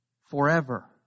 forever